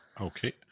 Okay